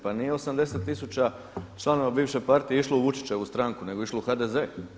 Pa nije 80 tisuća članova bivše partije išlo u Vučićevu stranku nego je išlo u HDZ.